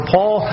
Paul